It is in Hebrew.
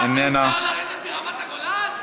לרדת מרמת הגולן?